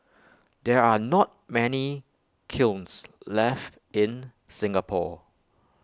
there are not many kilns left in Singapore